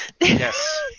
Yes